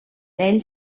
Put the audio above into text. ell